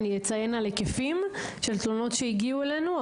אציין היקפים של תלונות שהגיעו אלינו.